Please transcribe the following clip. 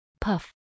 puff